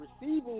receiving